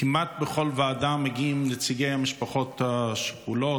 כמעט לכל ועדה מגיעים נציגי המשפחות השכולות,